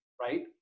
right